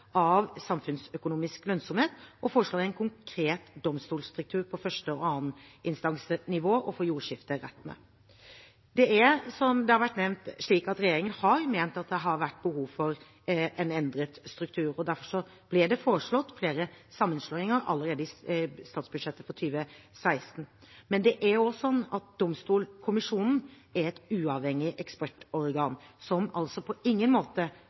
av samfunnsøkonomisk lønnsomhet og foreslå en konkret domstolstruktur på første- og anneninstansnivå og for jordskifterettene. Som det har vært nevnt, har regjeringen ment at det har vært behov for en endret struktur, og derfor ble det foreslått flere sammenslåinger allerede i statsbudsjettet for 2016. Men det er også sånn at Domstolkommisjonen er et uavhengig ekspertorgan, og som altså på ingen måte